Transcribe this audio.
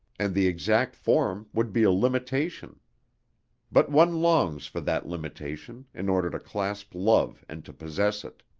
and the exact form would be a limitation but one longs for that limitation in order to clasp love and to possess it.